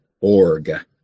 org